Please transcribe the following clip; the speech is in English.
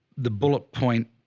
the bullet point